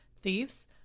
thieves